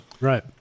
Right